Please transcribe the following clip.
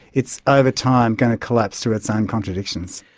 it's over time going to collapse through its own contradictions.